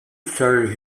started